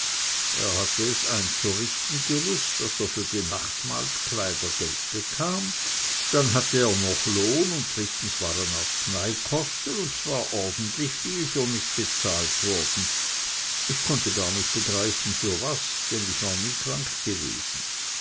er hatte es einzurichten gewußt daß er für die nachtmahlskleider geld bekam dann hatte er noch lohn und drittens waren arzneikosten und zwar ordentlich viel für mich bezahlt worden ich konnte gar nicht begreifen für was denn ich war nie krank gewesen